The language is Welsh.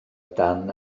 dan